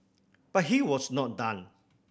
but he was not done